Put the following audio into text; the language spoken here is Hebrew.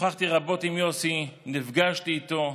שוחחתי רבות עם יוסי, נפגשתי איתו,